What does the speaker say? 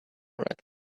right